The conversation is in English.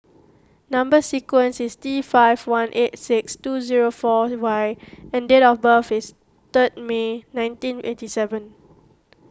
Number Sequence is T five one eight six two zero four Y and date of birth is third May nineteen eighty seven